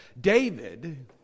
David